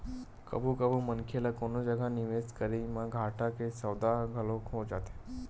कभू कभू मनखे ल कोनो जगा निवेस करई म घाटा के सौदा घलो हो जाथे